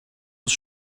was